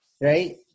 Right